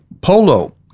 polo